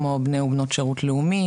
כמו בני ובנות שירות לאומי,